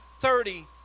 thirty